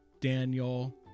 Daniel